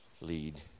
lead